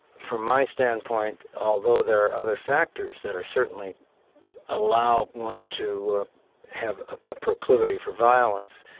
from my standpoint, although there are other factors that are certainly allow one to have a proclivity for violence,